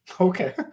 Okay